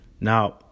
Now